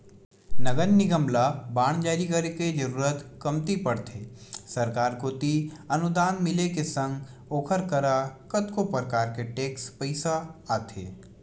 नगर निगम ल बांड जारी करे के जरुरत कमती पड़थे सरकार कोती अनुदान मिले के संग ओखर करा कतको परकार के टेक्स पइसा आथे